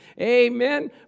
Amen